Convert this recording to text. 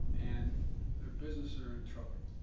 and their businesses are in trouble,